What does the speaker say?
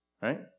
Right